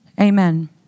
Amen